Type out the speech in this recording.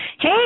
Hey